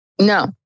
No